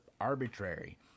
arbitrary